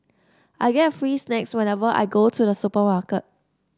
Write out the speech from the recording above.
I get free snacks whenever I go to the supermarket